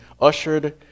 ushered